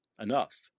enough